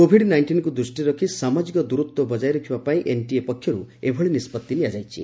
Covid ନାଇଷ୍ଟିନ୍କୁ ଦୃଷ୍ଟିରେ ରଖି ସାମାଜିକ ଦୂରତ୍ୱ ବଜାୟ ରଖିବା ପାଇଁ ଏନ୍ଟିଏ ପକ୍ଷରୁ ଏଭଳି ନିଷ୍କଭି ନିଆଯାଇଛି